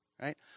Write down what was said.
Right